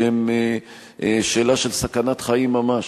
שהם שאלה של סכנת חיים ממש.